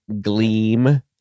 gleam